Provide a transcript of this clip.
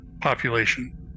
population